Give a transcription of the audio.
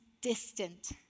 distant